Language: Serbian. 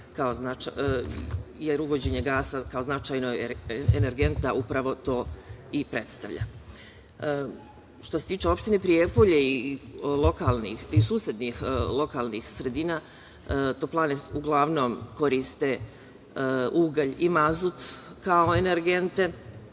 jer uvođenje gasa kao značajnog energenta upravo to i predstavlja. Što se tiče opštine Prijepolje i susednih lokalnih sredina toplane uglavnom koriste ugalj i mazut kao energente.